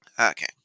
Okay